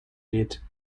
geht